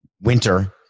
winter